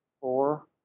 four